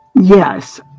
yes